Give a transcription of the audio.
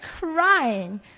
crying